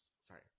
Sorry